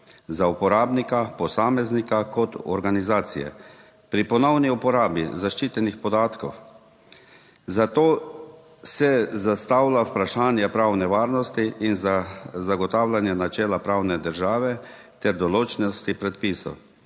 za uporabnika posameznika kot organizacije pri ponovni uporabi zaščitenih podatkov. Zato se zastavlja vprašanje pravne varnosti in zagotavljanja načela pravne države ter določnosti predpisov.